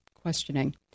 questioning